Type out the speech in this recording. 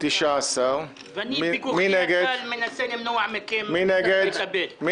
הצבעה בעד - 19 נגד - אין נמנע - 1 הבקשה אושרה.